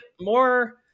more